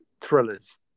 thrillers